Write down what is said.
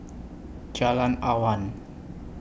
Jalan Awan